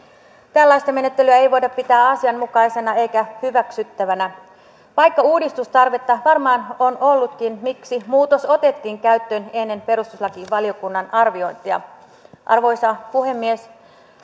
tällaista menettelyä ei voida pitää asianmukaisena eikä hyväksyttävänä vaikka uudistustarvetta varmaan on ollutkin miksi muutos otettiin käyttöön ennen perustuslakivaliokunnan arviointia arvoisa puhemies